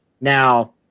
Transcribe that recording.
now